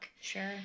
Sure